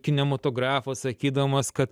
kinematografą sakydamas kad